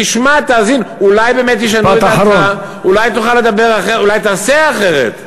תשמע, תאזין, אולי תעשה אחרת.